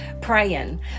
praying